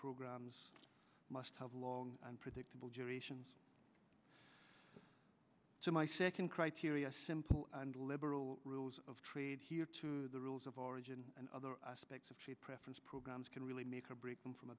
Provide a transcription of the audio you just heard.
programs must have long and predictable generations so my second criteria simple and liberal rules of trade here to the rules of origin and other aspects of preference programs can really make or break them from a